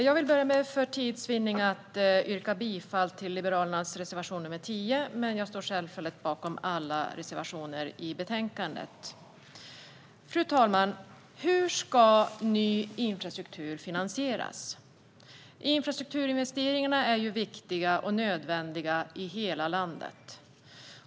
Fru talman! Jag vill för tids vinnande börja med att yrka bifall till Liberalernas reservation nr 10, men jag står självfallet bakom alla våra reservationer i betänkandet. Hur ska ny infrastruktur finansieras? Infrastrukturinvesteringarna är viktiga och nödvändiga i hela landet.